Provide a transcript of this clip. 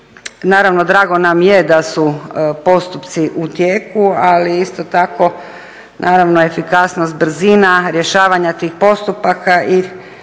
naravno drago nam je da su postupci u tijeku ali isto tako naravno efikasnost, brzina rješavanja tih postupaka i